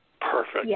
Perfect